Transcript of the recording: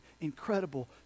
incredible